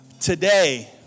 Today